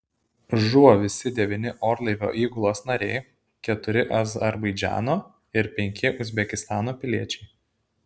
žuvo visi devyni orlaivio įgulos nariai keturi azerbaidžano ir penki uzbekistano piliečiai